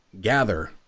gather